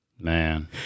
man